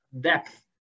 depth